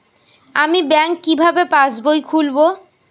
আমি ব্যাঙ্ক কিভাবে পাশবই খুলব?